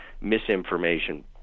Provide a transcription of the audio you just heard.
misinformation